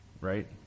right